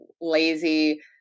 lazy